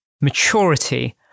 maturity